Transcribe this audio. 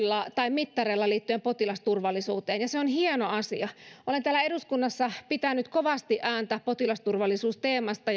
mittareilla liittyen potilasturvallisuuteen ja se on hieno asia olen täällä eduskunnassa pitänyt kovasti ääntä potilasturvallisuusteemasta